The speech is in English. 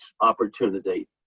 opportunity